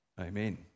amen